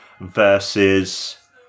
versus